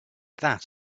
that